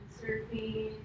surfing